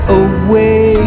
away